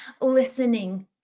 listening